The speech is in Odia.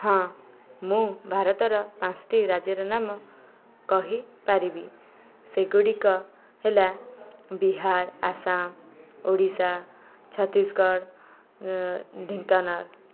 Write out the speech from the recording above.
ହଁ ମୁଁ ଭାରତର ପାଞ୍ଚଟି ରାଜ୍ୟର ନାମ କହିପାରିବି ସେଗୁଡ଼ିକ ହେଲା ବିହାର ଆସାମ ଓଡ଼ିଶା ଛତିଶଗଡ଼ ଢେଙ୍କାନାଳ